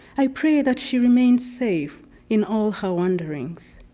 i pray that she remains safe in all her wanderings.